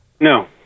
No